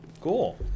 Cool